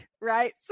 right